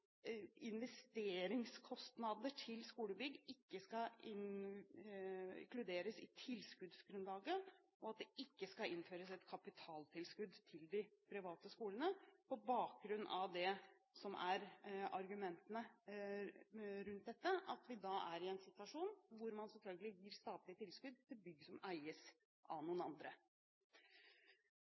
det ikke skal innføres et kapitaltilskudd til de private skolene, på bakgrunn av det som er argumentene rundt dette, at vi da er i en situasjon hvor man selvfølgelig gir statlig tilskudd til bygg som eies av noen andre.